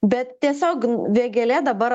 bet tiesiog vėgėlė dabar